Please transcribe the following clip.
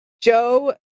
Joe